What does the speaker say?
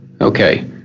okay